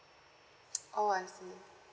oh I see